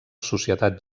societat